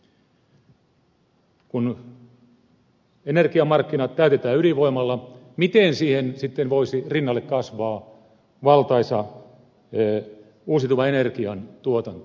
kun energiamarkkinat täytetään ydinvoimalla miten siihen sitten voisi rinnalle kasvaa valtaisa uusiutuvan energian tuotanto